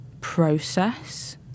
process